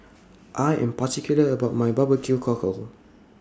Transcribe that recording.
I Am particular about My Barbecue Cockle